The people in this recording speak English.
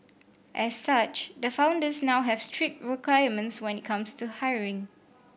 as such the founders now have strict requirements when it comes to hiring